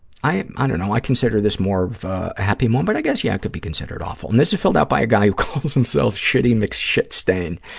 i, i don't and know, i consider this more of a happy moment. i guess, yeah, it could be considered awful, and this is filled out by a guy who calls himself shitty mcshitstain.